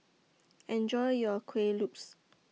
Enjoy your Kueh Lopes